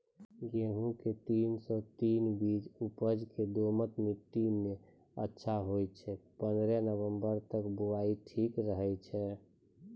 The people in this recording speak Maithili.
गेहूँम के तीन सौ तीन बीज उपज मे दोमट मिट्टी मे अच्छा होय छै, पन्द्रह नवंबर तक बुआई ठीक रहै छै